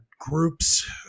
groups